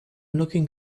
looking